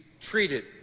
treated